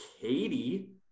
Katie